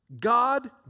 God